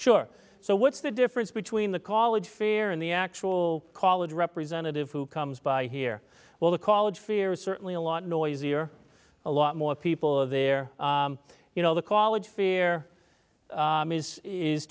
sure so what's the difference between the college fair and the actual college representative who comes by here well the college fears certainly a lot noisier a lot more people there you know the college fear